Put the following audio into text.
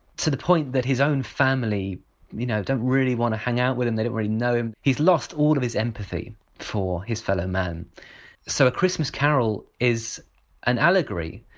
to the point that his own family you know don't really want to hang out with him they don't really know him. he's lost all of his empathy for his fellow man. and so a christmas carol is an allegory,